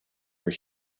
were